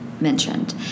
mentioned